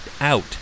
out